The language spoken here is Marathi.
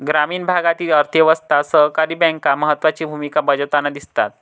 ग्रामीण भागातील अर्थ व्यवस्थेत सहकारी बँका महत्त्वाची भूमिका बजावताना दिसतात